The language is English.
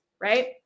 right